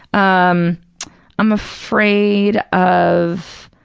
um i'm afraid of,